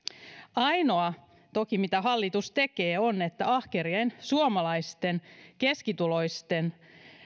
ainoa toki mitä hallitus tekee on se että ahkerien suomalaisten keskituloisten